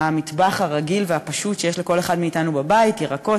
מהמטבח הרגיל והפשוט שיש לכל אחד מאתנו בבית: ירקות,